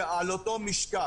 על אותו משקל.